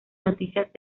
noticias